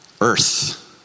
earth